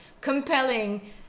compelling